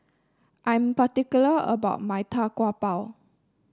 I'm particular about my Tau Kwa Pau